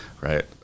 right